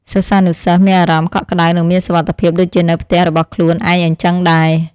សិស្សានុសិស្សមានអារម្មណ៍កក់ក្តៅនិងមានសុវត្ថិភាពដូចជានៅផ្ទះរបស់ខ្លួនឯងអញ្ចឹងដែរ។